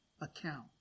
account